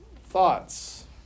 Thoughts